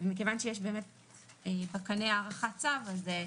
מכיוון שיש בקנה הארכת צו אז,